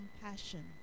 compassion